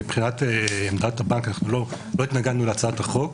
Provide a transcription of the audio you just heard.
מבחינת עמדת הבנק, אנחנו לא התנגדנו להצעת החוק.